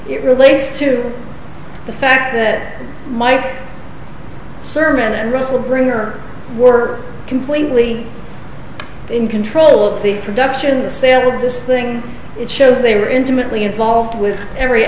it relates to the fact it mike serban and russell bremer were completely in control of the production the sale of this thing it shows they were intimately involved with every